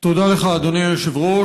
תודה לך, אדוני היושב-ראש.